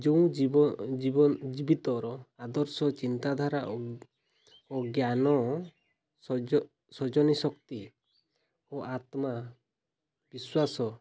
ଯେଉଁ ଜୀବନ ଜୀବନ ଜୀବିତର ଆଦର୍ଶ ଚିନ୍ତାଧାରା ଓ ଜ୍ଞାନ ସ୍ୱଜନ ଶକ୍ତି ଓ ଆତ୍ମବିଶ୍ୱାସ